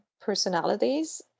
personalities